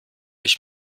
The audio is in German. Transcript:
ich